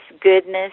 goodness